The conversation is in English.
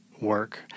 work